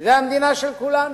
זה המדינה של כולנו,